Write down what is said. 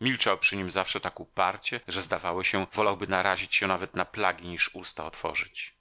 milczał przy nim zawsze tak uparcie że zdawało się wolałby narazić się nawet na plagi niż usta otworzyć